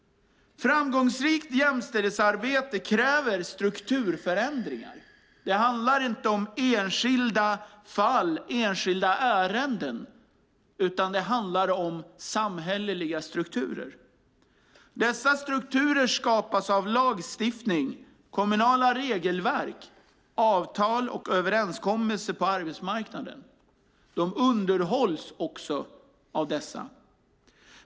Framgångsrikt jämställdhetsarbete kräver strukturförändringar. Det handlar inte om enskilda fall och enskilda ärenden, utan det handlar om samhälleliga strukturer. Dessa strukturer skapas av lagstiftning, kommunala regelverk, avtal och överenskommelser på arbetsmarknaden. De underhålls också av dem.